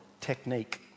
technique